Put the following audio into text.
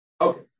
Okay